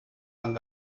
man